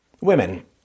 Women